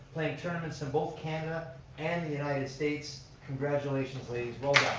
playing tournaments in both canada and the united states. congratulations ladies, well